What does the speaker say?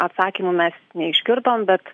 atsakymų mes neišgirdom bet